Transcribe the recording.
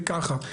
ככה,